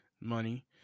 money